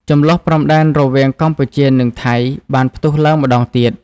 ជម្លោះព្រំដែនរវាងកម្ពុជានិងថៃបានផ្ទុះឡើងម្ដងទៀត។